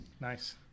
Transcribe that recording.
Nice